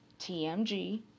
TMG